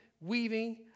weaving